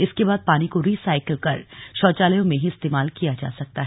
इसके बाद पानी को री साइकिल कर शौचालयों में ही इस्तेमाल किया जा सकता है